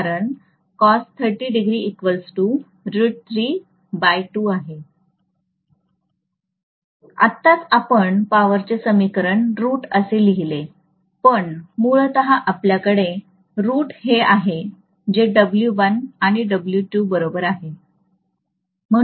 कारण आहे आताच आपण पॉवर चे समीकरण root असे लिहिले पण मूलत आपल्याकडे root हे आहे जे W1 आणि W2 बरोबर आहे